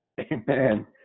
amen